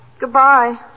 goodbye